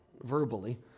verbally